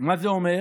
מה זה אומר?